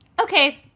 okay